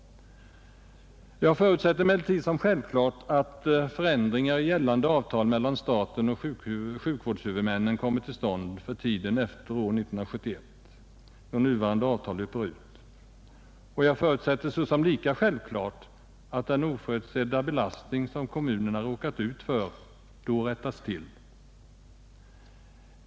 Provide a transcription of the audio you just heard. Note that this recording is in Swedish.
Jag förutsätter emellertid — detta är en självklarhet — att ändringar kommer till stånd i gällande avtal mellan staten och sjukvårdshuvudmännen för tiden efter år 1971, då nuvarande avtal löper ut. Jag förutsätter också — detta är lika självklart — att den oförutsedda belastning som kommunerna råkat ut för då kommer att mildras.